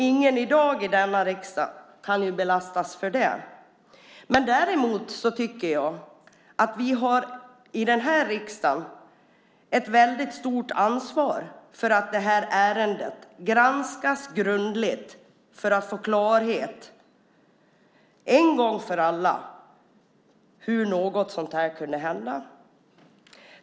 Ingen i denna riksdag i dag kan belastas för det. Däremot tycker jag att vi i riksdagen har ett väldigt stort ansvar för att ärendet granskas grundligt för att få klarhet en gång för alla hur någonting sådant kunde hända.